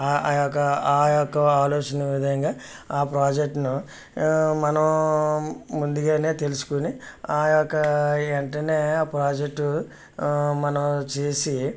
ఆ ఆ యొక్క ఆ యొక్క ఆలోచన విధంగా ఆ ప్రాజెక్టును మనం ముందుగానే తెలుసుకుని ఆ యొక్క వెంటనే ఆ ప్రాజెక్టు మనం చేసి